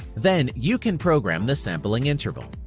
then you can program the sampling interval.